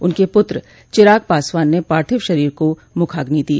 उनके पुत्र चिराग पासवान ने पार्थिव शरीर को मुखाग्नि दी